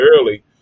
early